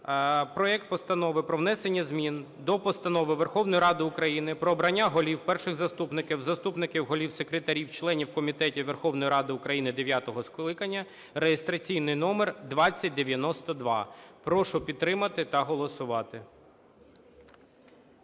проект Постанови про внесення змін до Постанови Верховної Ради України "Про обрання голів, перших заступників, заступників голів, секретарів, членів комітетів Верховної Ради України дев'ятого скликання" (реєстраційний номер 2092). Прошу підтримати та голосувати.